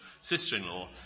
sister-in-law